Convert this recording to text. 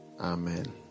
Amen